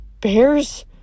Bears